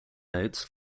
notes